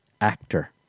actor